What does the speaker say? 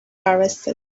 arrested